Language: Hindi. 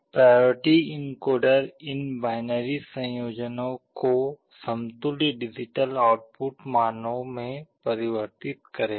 प्रायोरिटी एनकोडर इन बाइनरी संयोजनों को समतुल्य डिजिटल आउटपुट मानों में परिवर्तित करेगा